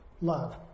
love